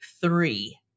three